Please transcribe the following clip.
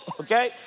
okay